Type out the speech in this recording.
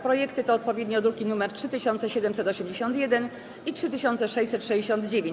Projekty to odpowiednio druki nr 3781 i 3669.